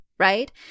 right